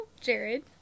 Jared